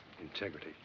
Integrity